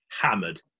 hammered